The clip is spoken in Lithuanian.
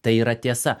tai yra tiesa